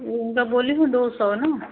वह उनका बोली हूँ दो सौ ना